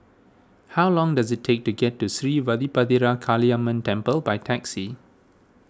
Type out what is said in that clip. how long does it take to get to Sri Vadapathira Kaliamman Temple by taxi